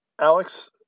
Alex